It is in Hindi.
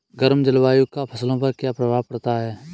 गर्म जलवायु का फसलों पर क्या प्रभाव पड़ता है?